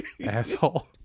asshole